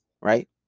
right